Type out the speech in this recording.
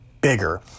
bigger